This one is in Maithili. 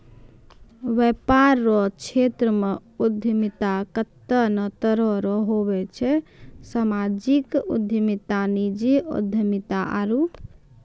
वेपार रो क्षेत्रमे उद्यमिता कत्ते ने तरह रो हुवै छै सामाजिक उद्यमिता नीजी उद्यमिता आरु